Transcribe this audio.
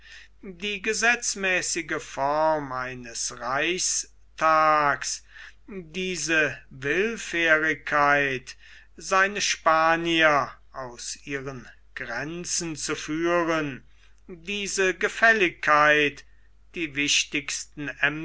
die gesetzmäßige form eines reichstag diese willfährigkeit seine spanier aus ihren grenzen zu führen diese gefälligkeit die wichtigsten